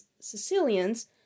Sicilians